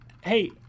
Hey